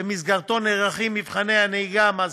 שבמסגרתו נערכים מבחני הנהיגה המעשיים,